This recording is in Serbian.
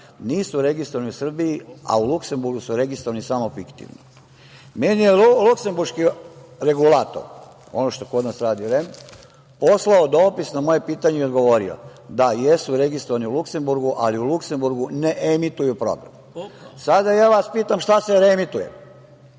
nisu registrovani u Srbiji, a u Luksemburgu su registrovani samo fiktivno. Meni je luksemburški regulator, ono što kod nas radi REM, poslao dopis, na moje pitanje odgovorio – da jesu registrovani u Luksemburgu, ali u Luksemburgu ne emituju program. Sada ja vas pitam – šta se reemituje?